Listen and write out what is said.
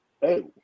hey